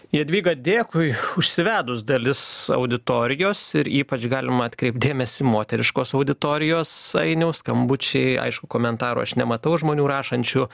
jadvyga dėkui užsivedus dalis auditorijos ir ypač galima atkreipt dėmesį moteriškos auditorijos ainiau skambučiai aišku komentarų aš nematau žmonių rašančių